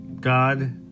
God